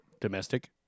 domestic